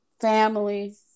family